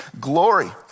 glory